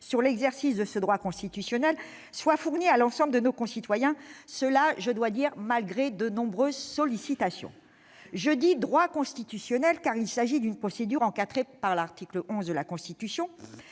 sur l'exercice de ce droit constitutionnel soit fournie à l'ensemble de nos concitoyens, et ce malgré de nombreuses sollicitations. Je dis « droit constitutionnel », car cette procédure référendaire est encadrée par l'article 11 de la Constitution.